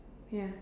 ya